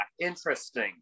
interesting